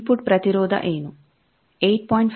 ಈಗ ಇನ್ಫುಟ್ ಪ್ರತಿರೋಧ ಏನು 8